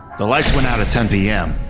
the lights went out of ten p m.